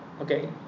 okay